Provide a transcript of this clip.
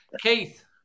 Keith